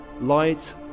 Light